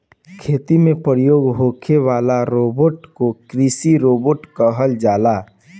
खेती में प्रयोग होखे वाला रोबोट के कृषि रोबोट कहल जाला